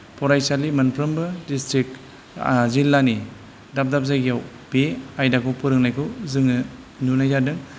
फरायसालि मोनफ्रोमबो दिस्ट्रिक जिल्लानि दाब दाब जायगायाव बे आयदाखौ फोरोंनायखौ जोङो नुनाय जादों